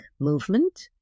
movement